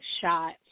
shot